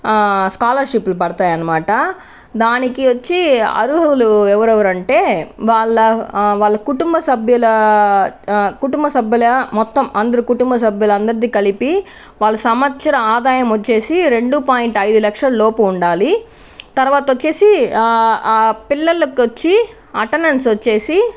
ఆ స్కాలర్షిప్లు పడతాయనమాట దానికి వచ్చి అర్హులు ఎవరెవరంటే వాళ్ళ వాళ్ళ కుటుంబ సభ్యుల కుటుంబ సభ్యుల మొత్తము అందరు కుటుంబ సభ్యుల అందరిదీ కలిపి వాళ్ళు సంవత్సర ఆదాయం వచ్చేసి రెండూ పాయింట్ ఐదు లక్షల లోపు ఉండాలి తర్వాత వచ్చేసి ఆ పిల్లలకు ఒచ్చి అటెండెన్స్ వచ్చేసి